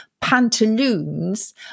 pantaloons